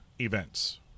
events